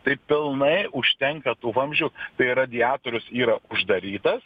tai pilnai užtenka tų vamzdžių tai radiatorius yra uždarytas